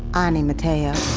ah ani mateo.